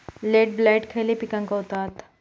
Late blight खयले पिकांका होता?